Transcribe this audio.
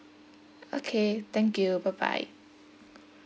okay thank you bye bye